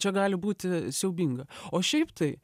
čia gali būti siaubinga o šiaip tai